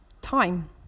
time